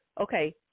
Okay